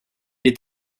est